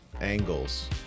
angles